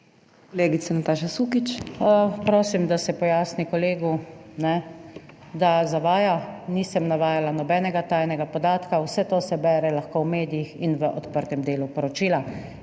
Levica): Prosim, da se pojasni kolegu, da zavaja. Nisem navajala nobenega tajnega podatka, vse to se lahko bere v medijih in v odprtem delu poročila.